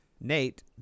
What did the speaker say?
Nate